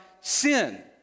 sin